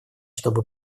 чтобы